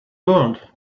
world